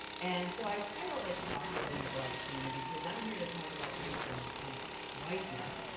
and so i titled this talk building the beloved community because i'm here to talk about race and and whiteness,